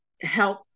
help